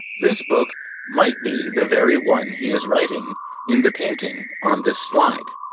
this book might be the very one he is writing in the painting on this slide.